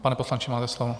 Pane poslanče, máte slovo.